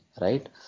right